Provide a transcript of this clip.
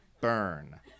Burn